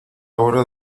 hora